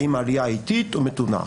האם העלייה היא איטית או מתונה.